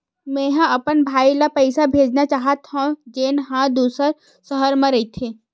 मेंहा अपन भाई ला पइसा भेजना चाहत हव, जेन हा दूसर शहर मा रहिथे